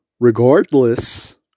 Regardless